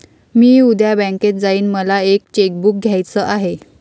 मी उद्या बँकेत जाईन मला एक चेक बुक घ्यायच आहे